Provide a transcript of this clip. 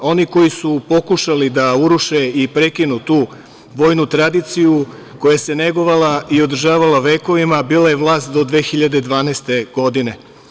Oni koji su pokušali da uruše i prekinu tu vojnu tradiciju koja se negovala i održavala vekovima, bila je vlast do 2012. godine.